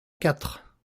quatre